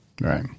Right